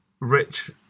rich